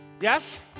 Yes